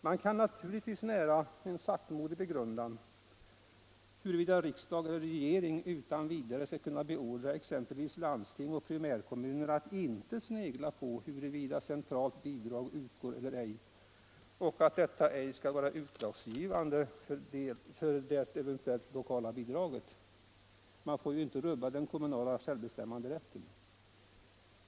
Man kan naturligtvis nära en saktmodig begrundan huruvida riksdag och regering utan vidare skall kunna beordra exempelvis landsting och primärkommuner att inte snegla på huruvida centralt bidrag utgår eller ej och att detta ej skall vara utslagsgivande för det eventuella lokala bidraget. Man får ju inte rubba den kommunala självbestämmanderätten.